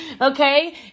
Okay